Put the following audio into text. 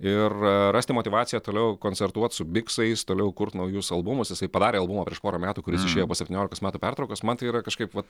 ir rasti motyvaciją toliau koncertuot su biksais toliau kurt naujus albumus jisai padarė albumą prieš porą metų kuris išėjo po septyniolikos metų pertraukos man tai yra kažkaip vat